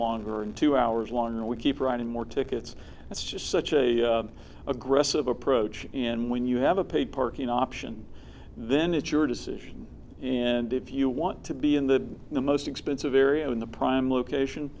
longer and two hours long and we keep writing more tickets it's just such a aggressive approach and when you have a paid parking option then it's your decision and if you want to be in the in the most expensive area in the prime location